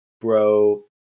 bro